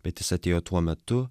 bet jis atėjo tuo metu